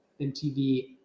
MTV